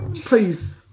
Please